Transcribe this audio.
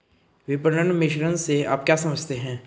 विपणन मिश्रण से आप क्या समझते हैं?